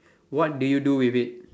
what do you do with it